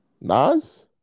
Nas